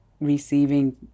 receiving